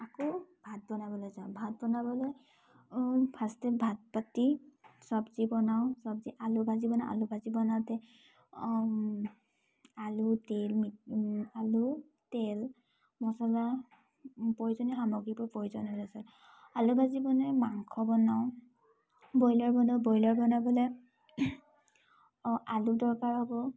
আকৌ ভাত বনাবলৈ যাওঁ ভাত বনাবলৈ ফাৰ্ষ্টে ভাত পাতি চব্জি বনাওঁ চব্জি আলু ভাজি বনাওঁ আলু ভাজি বনাওঁতে আলু তেল আলু তেল মচলা প্ৰয়োজনীয় সামগ্ৰীবোৰ প্ৰয়োজন আলু ভাজি বনাই মাংস বনাওঁ ব্ৰইলাৰ বনাওঁ ব্ৰইলাৰ বনাবলৈ আলু দৰকাৰ হ'ব